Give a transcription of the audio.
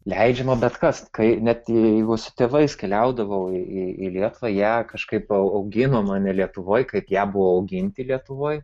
leidžiama bet kas kai net jeigu su tėvais keliaudavau į lietuvą ją kažkaip augino mane lietuvoj kaip ją buvo auginti lietuvoje